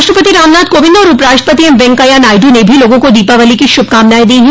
राष्ट्रपति रामनाथ कोविंद और उपराष्ट्रपति एमवेंकैया नायडू ने भी लोगों को दीपावली की शुभकामनाएं दी हैं